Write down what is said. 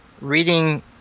reading